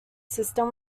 system